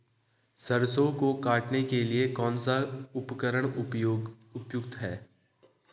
सरसों को काटने के लिये कौन सा उपकरण उपयुक्त है?